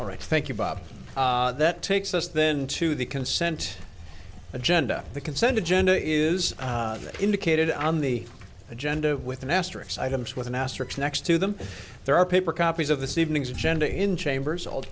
all right thank you bob that takes us then to the consent agenda the consent agenda is indicated on the agenda with an asterisk items with an asterisk next to them there are paper copies of this evening's agenda in chambers